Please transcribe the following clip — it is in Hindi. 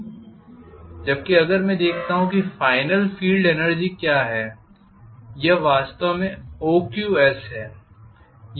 जबकि अगर मैं देखता हूं कि फाइनल फील्ड एनर्जी क्या है यह वास्तव में OQS है